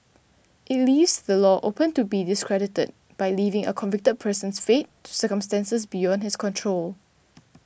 it leaves the law open to be discredited by leaving a convicted person's fate to circumstances beyond his control